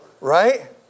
Right